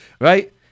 right